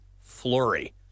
flurry